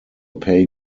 pay